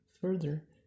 further